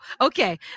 Okay